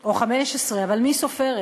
או 15, אבל מי סופרת?